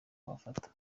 wafata